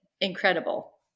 incredible